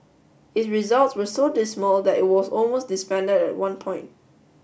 its results were so dismal that it was almost disbanded at one point